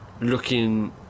looking